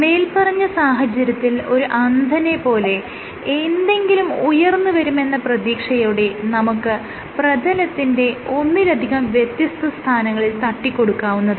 മേല്പറഞ്ഞ സാഹചര്യത്തിൽ ഒരു അന്ധനെ പോലെ എന്തെങ്കിലും ഉയർന്നുവരുമെന്ന പ്രതീക്ഷയോടെ നമുക്ക് പ്രതലത്തിന്റെ ഒന്നിലധികം വ്യത്യസ്ത സ്ഥാനങ്ങളിൽ തട്ടികൊടുക്കാവുന്നതാണ്